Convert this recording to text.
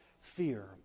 fear